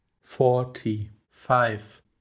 forty-five